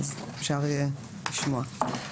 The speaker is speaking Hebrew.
אז אפשר יהיה לשמוע.